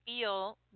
feel